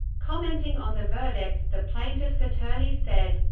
commenting on the verdict, the plaintiffs' attorney said,